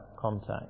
contact